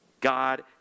God